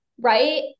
Right